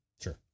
Sure